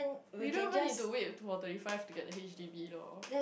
we don't even need to wait until we're thirty five to get the H_D_B lor